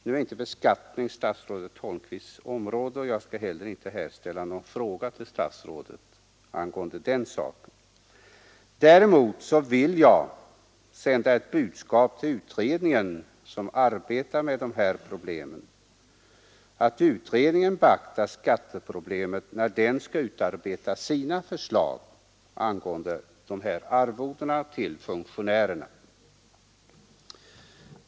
Nu är inte beskattning statsrådet Holmqvists område och jag skall heller inte ställa någon fråga till honom angående den saken. Däremot vill jag sända ett budskap till utredningen som arbetar med dessa problem. Jag önskar att utredningen beaktar skatteproblemet när den skall utarbeta sina förslag angående arvoden till funktionärerna.